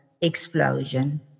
explosion